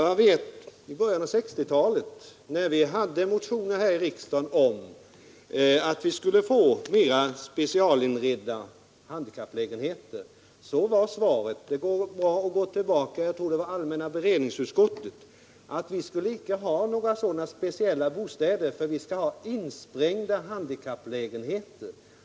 När vi i början av 1960-talet motionerade här i riksdagen om att få flera specialinredda handikapplägenheter blev svaret — jag tror det var allmänna beredningsutskottet som uttryckte sig så — att vi inte skulle ha några speciella bostäder utan insprängda handikapplägenheter.